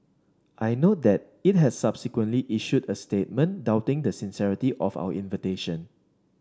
I note that it has subsequently issued a statement doubting the sincerity of our invitation